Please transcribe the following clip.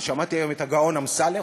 שמעתי היום את הגאון אמסלם,